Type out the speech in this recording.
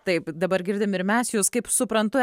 taip dabar girdim ir mes jus kaip suprantu